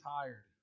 tired